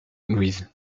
louise